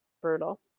Brutal